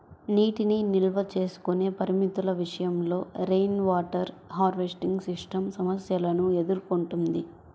నీటిని నిల్వ చేసుకునే పరిమితుల విషయంలో రెయిన్వాటర్ హార్వెస్టింగ్ సిస్టమ్ సమస్యలను ఎదుర్కొంటున్నది